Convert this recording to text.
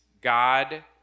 God